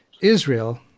Israel